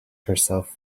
herself